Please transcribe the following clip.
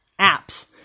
apps